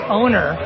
owner